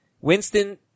Winston